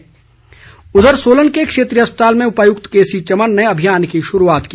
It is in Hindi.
टीकाकरण उधर सोलन के क्षेत्रीय अस्पताल में उपायुक्त केसीचमन ने अभियान की शुरूआत की